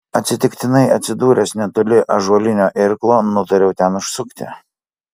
atsitiktinai atsidūręs netoli ąžuolinio irklo nutariau ten užsukti